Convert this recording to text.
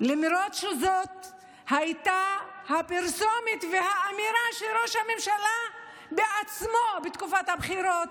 למרות שזאת הייתה הפרסומת והאמירה של ראש הממשלה בעצמו בתקופת הבחירות,